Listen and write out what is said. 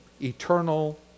eternal